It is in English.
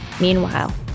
Meanwhile